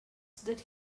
that